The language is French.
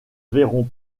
verrons